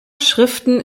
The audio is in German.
schriften